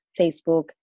Facebook